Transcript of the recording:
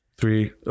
Three